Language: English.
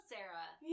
Sarah